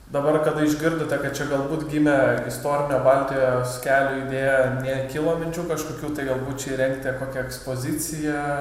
dabar kada išgirdote kad čia galbūt gimė istorinio baltijos kelio idėja nekilo minčių kažkokių tai galbūt čia įrengti kokią ekspoziciją